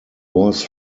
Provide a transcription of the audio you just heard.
was